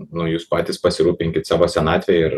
nu jūs patys pasirūpinkit savo senatve ir